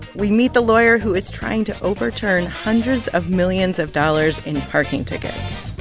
we meet the lawyer who is trying to overturn hundreds of millions of dollars in parking tickets